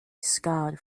scarred